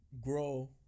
grow